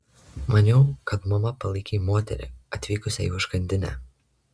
maniau kad mama palaikei moterį atvykusią į užkandinę